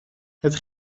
het